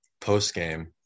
post-game